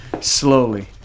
Slowly